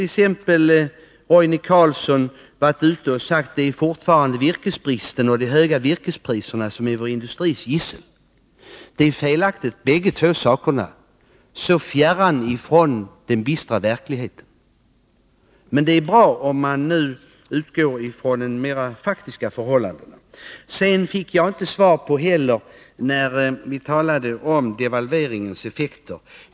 Exempelvis har Roine Carlsson sagt att virkesbristen och de höga virkespriserna fortfarande är vår industris gissel. Bägge sakerna är felaktiga, så fjärran från den bistra verkligheten. Men det är bra om man nu utgår från de faktiska förhållandena. Jag fick inget svar på frågan om devalveringens effekter.